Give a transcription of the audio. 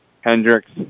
Hendricks